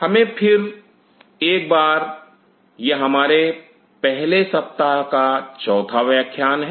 हमें एक बार फिर से यह हमारे पहले सप्ताह का चौथा व्याख्यान है